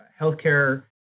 healthcare